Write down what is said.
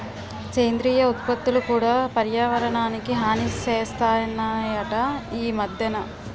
సేంద్రియ ఉత్పత్తులు కూడా పర్యావరణానికి హాని సేస్తనాయట ఈ మద్దెన